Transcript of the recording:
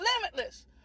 limitless